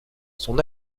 son